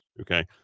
Okay